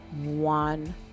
one